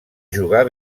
jugar